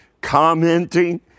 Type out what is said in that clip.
commenting